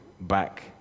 back